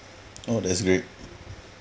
oh that's great